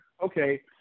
Okay